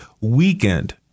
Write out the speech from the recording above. Weekend